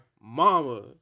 mama